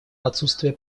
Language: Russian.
отсутствия